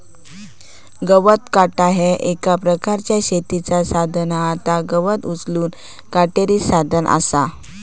गवत काटा ह्या एक प्रकारचा शेतीचा साधन हा ता गवत उचलूचा काटेरी साधन असा